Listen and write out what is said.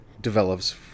develops